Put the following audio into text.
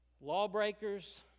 Lawbreakers